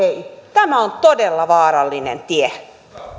tämä on todella vaarallinen tie